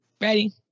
Ready